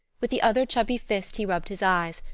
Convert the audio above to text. with the other chubby fist he rubbed his eyes,